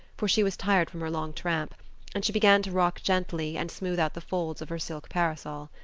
for she was tired from her long tramp and she began to rock gently and smooth out the folds of her silk parasol.